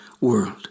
world